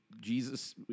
jesus